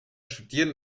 studieren